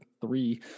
three